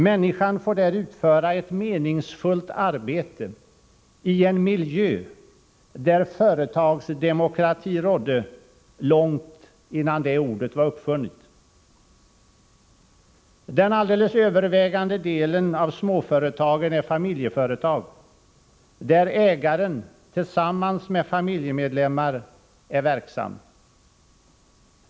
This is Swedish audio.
Människan får där utföra ett meningsfullt arbete, i en miljö där företagsdemokrati rådde långt innan ordet var uppfunnet. Den alldeles övervägande delen av småföretagen är familjeföretag, där ägaren tillsammans med familjemedlemmar är verksam.